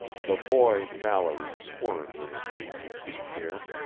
the boy mallory squirmed in his abc chair.